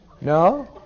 No